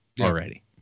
already